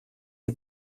die